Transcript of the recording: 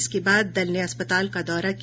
इसके बाद दल ने अस्पताल का दौरा किया